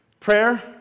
prayer